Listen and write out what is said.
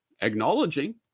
acknowledging